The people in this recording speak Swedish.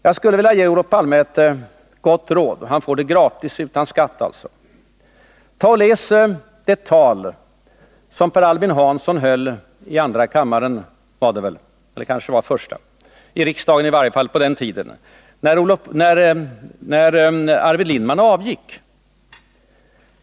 Jag skulle vilja ge Olof Palme ett gott råd — han får det gratis, utan skatt alltså: Ta och läs det tal som Per Albin Hansson höll i andra kammaren — eller kanske var det i första kammaren, i riksdagen var det i varje fall — när Arvid Lindman avgick.